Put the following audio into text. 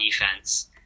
defense